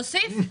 תוסיף.